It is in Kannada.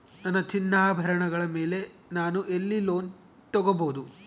ನನ್ನ ಚಿನ್ನಾಭರಣಗಳ ಮೇಲೆ ನಾನು ಎಲ್ಲಿ ಲೋನ್ ತೊಗೊಬಹುದು?